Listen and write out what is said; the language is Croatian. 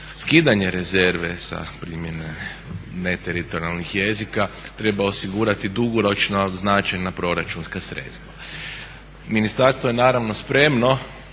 skidanje rezerve sa primjene neteritorijalnih jezika treba osigurati dugoročno označena proračunska sredstva. Ministarstvo je naravno spremno